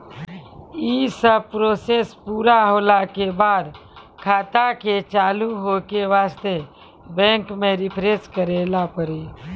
यी सब प्रोसेस पुरा होला के बाद खाता के चालू हो के वास्ते बैंक मे रिफ्रेश करैला पड़ी?